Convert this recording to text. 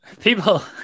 People